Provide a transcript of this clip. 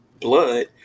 blood